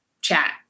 chat